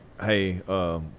hey